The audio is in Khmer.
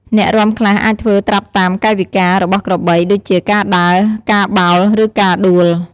អ្នករាំខ្លះអាចធ្វើត្រាប់តាមកាយវិការរបស់ក្របី ដូចជាការដើរ ការបោល ឬការដួល។